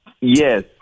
Yes